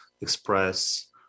express